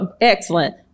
excellent